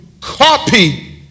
copy